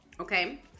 Okay